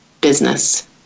business